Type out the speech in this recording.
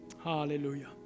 Hallelujah